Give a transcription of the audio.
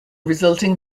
resulting